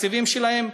התקציבים שלהם.